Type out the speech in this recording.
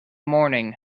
morning